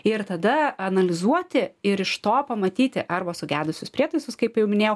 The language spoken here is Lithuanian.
ir tada analizuoti ir iš to pamatyti arba sugedusius prietaisus kaip jau minėjau